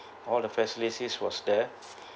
all the facilities was there